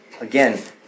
Again